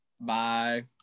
Bye